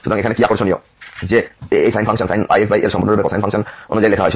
সুতরাং এখানে কি আকর্ষণীয় যে এই সাইন ফাংশন sin πxl সম্পূর্ণরূপে কোসাইন ফাংশন অনুযায়ী লেখা হয়